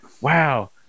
wow